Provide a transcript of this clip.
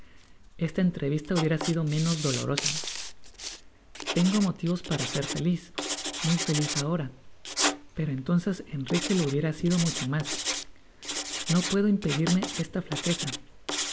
esta entrevista hubiera sido menos do lorosa tengo motivos para ser feliz muy feliz ahora pero entonces enrique lo hubiera sido mucho mas no puedo impedirme esta flaqueza